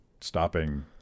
stopping